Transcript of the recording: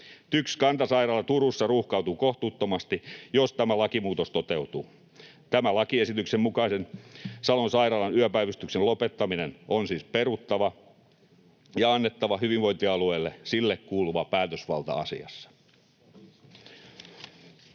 TYKS Kantasairaala Turussa ruuhkautuu kohtuuttomasti, jos tämä lakimuutos toteutuu. Tämän lakiesityksen mukainen Salon sairaalan yöpäivystyksen lopettaminen on siis peruttava ja on annettava hyvinvointialueelle sille kuuluva päätösvalta asiassa.